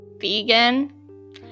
vegan